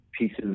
pieces